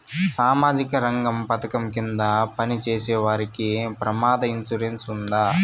సామాజిక రంగ పథకం కింద పని చేసేవారికి ప్రమాద ఇన్సూరెన్సు ఉందా?